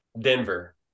Denver